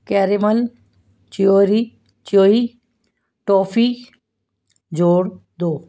caramel ਚਿਓਰੀ chewy toffee ਜੋੜ ਦਿਓ